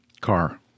Car